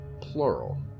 Plural